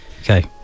Okay